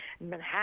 Manhattan